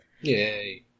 Yay